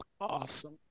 awesome